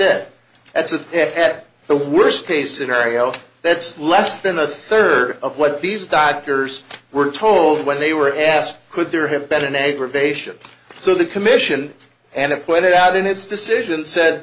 said that's the worst case scenario that's less than a third of what these doctors were told when they were asked could there have been an aggravation so the commission and it pointed out in its decision said